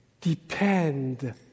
depend